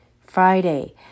Friday